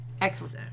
Excellent